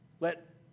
let